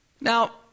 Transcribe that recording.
Now